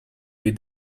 eat